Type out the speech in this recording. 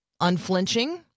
unflinching